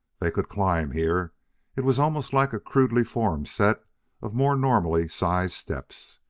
they could climb here it was almost like a crudely formed set of more normally sized steps.